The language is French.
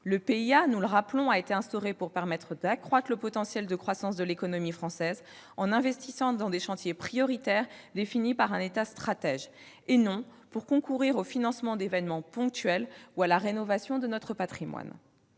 les PIA ont été instaurés de manière à accroître le potentiel de croissance de l'économie française en investissant dans des chantiers prioritaires définis par un État stratège, et non pour concourir au financement d'événements ponctuels ou à la rénovation de notre patrimoine.